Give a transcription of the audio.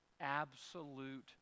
Absolute